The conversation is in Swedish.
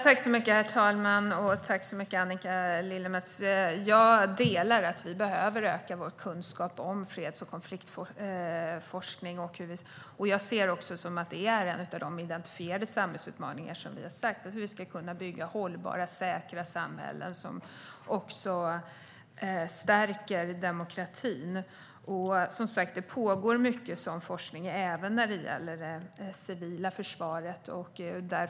Herr talman! Jag delar synen på att vi behöver öka vår kunskap om freds och konfliktforskning, Annika Lillemets. Jag ser det som en av våra identifierade samhällsutmaningar. Det handlar om hur vi ska kunna bygga hållbara säkra samhällen som stärker demokratin. Det pågår som sagt mycket sådan forskning även när det gäller det civila försvaret.